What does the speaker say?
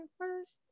first